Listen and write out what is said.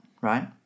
right